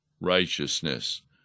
righteousness